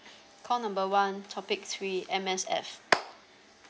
call number one topic three M_S_F